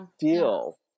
feel